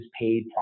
paid